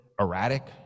erratic